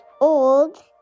old